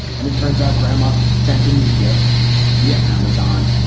and it turns out grandma so sent a new gift via amazon.